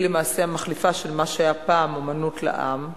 שהיא למעשה המחליפה של מה שהיה פעם "אמנות לעם",